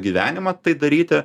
gyvenimą tai daryti